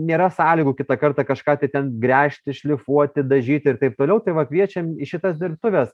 nėra sąlygų kitą kartą kažką tai ten gręžti šlifuoti dažyti ir taip toliau tai va kviečiam į šitas dirbtuves